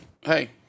hey